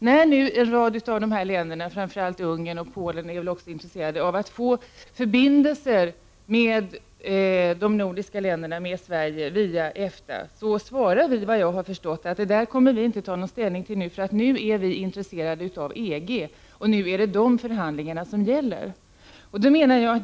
När nu en rad av dessa länder, framför allt Ungern och Polen, är intresserade av att få förbindelser med de nordiska länderna och med Sverige via EFTA, svarar vi att vi inte kommer att ta ställning till det därför att vi är intresserade av EG och det är de förhandlingarna som gäller.